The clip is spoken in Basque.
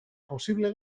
posible